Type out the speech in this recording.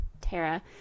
Tara